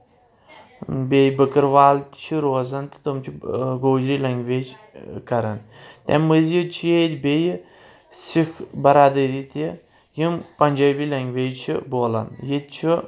بیٚیہِ بٔکٕروال تہِ چھِ روزان تہٕ تِم چھِ گوجری لینٛگویج کران تمہِ مٔزیٖد چھِ ییٚتہِ بیٚیہِ سکھ بَرادری تہِ یِم پنجٲبی لینٛگویج چھِ بولان ییٚتہِ چھُ